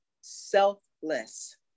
selfless